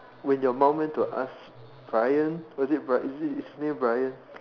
when your mom went to ask Bryan was it Bry~ is his name Bryan